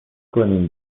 کنین